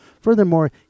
Furthermore